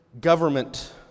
government